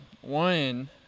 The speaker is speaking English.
One